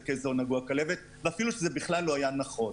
כאזור נגוע בכלבת אפילו שזה לא היה נכון.